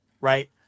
right